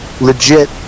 legit